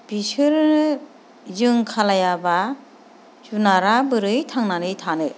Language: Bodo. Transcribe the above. बिसोरो जों खालामाब्ला जुनारा बोरै थांनानै थानो